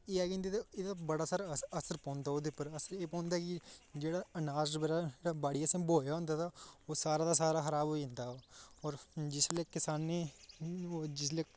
एह् ऐ कि इं'दे नै बड़ा सारा अस असर पौंदा ओह्दे उप्पर असर एह पौंदा जेह्ड़ा अनाज पर जेह्ड़ा बाड़ी असें बोहाया ओह् सारा दा सारा खराब होई जंदा और जिसलै किसानें